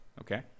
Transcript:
okay